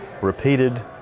repeated